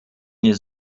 nie